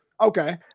Okay